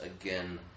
again